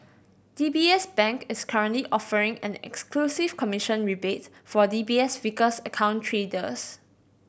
D B S Bank is currently offering an exclusive commission rebate for D B S Vickers account traders